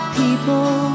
people